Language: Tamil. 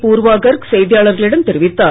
பூர்வாகர்க் செய்தியாளர்களிடம் தெரிவித்தார்